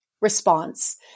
response